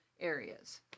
areas